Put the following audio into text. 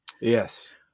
Yes